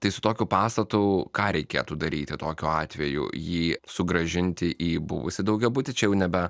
tai su tokiu pastatu ką reikėtų daryti tokiu atveju jį sugrąžinti į buvusį daugiabutį čia jau nebe